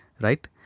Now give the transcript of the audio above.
right